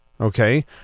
okay